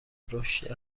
رشد